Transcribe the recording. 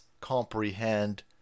comprehend